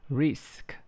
risk